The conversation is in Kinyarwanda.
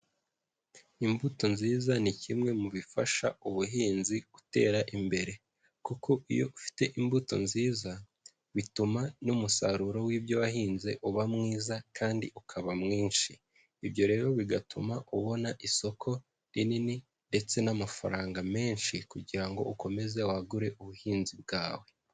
Imbuto nziza ni kimwe mu bifasha ubuhinzi gutera imbere, kuko iyo ufite imbuto nziza bituma n'umusaruro w'ibyo wahinze uba mwiza kandi ukaba mwinshi, ibyo rero bigatuma ubona isoko rinini ndetse n'amafaranga menshi, kugira ngo ukomeze wagure ubuhinzi bwawe.